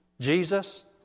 Jesus